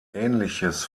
ähnliches